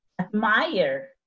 admire